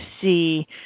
see